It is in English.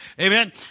Amen